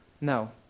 No